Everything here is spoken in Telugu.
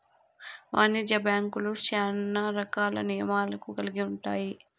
వాణిజ్య బ్యాంక్యులు శ్యానా రకాల నియమాలను కల్గి ఉంటాయి